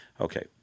Okay